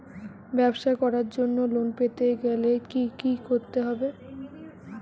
ব্যবসা করার জন্য লোন পেতে গেলে কি কি করতে হবে?